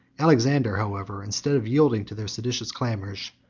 alexander, however, instead of yielding to their seditious clamors,